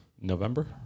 November